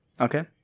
Okay